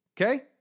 Okay